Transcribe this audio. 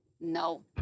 No